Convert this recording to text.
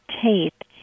tape